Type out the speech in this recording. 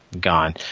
Gone